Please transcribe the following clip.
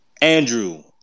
Andrew